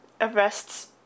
arrests